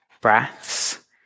breaths